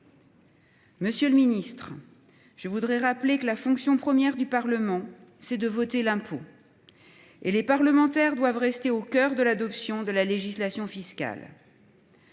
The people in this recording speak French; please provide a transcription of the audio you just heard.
Monsieur le ministre, je voudrais rappeler que la fonction première du Parlement, c’est de voter l’impôt. Et les parlementaires doivent rester au cœur de l’adoption de la législation fiscale.